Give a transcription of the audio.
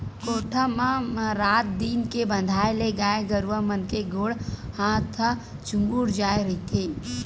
कोठा म म रात दिन के बंधाए ले गाय गरुवा मन के गोड़ हात ह चूगूर जाय रहिथे